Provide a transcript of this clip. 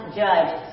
judge